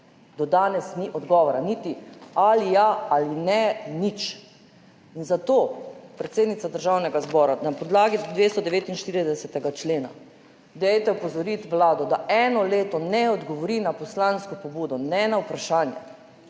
Do danes ni odgovora, niti ja ali ne, nič. Zato, predsednica Državnega zbora, dajte na podlagi 249. člena opozoriti Vlado, da eno leto ne odgovori na poslansko pobudo ne na vprašanje.